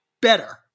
better